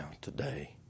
today